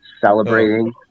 celebrating